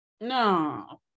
No